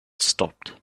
stopped